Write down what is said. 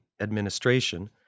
administration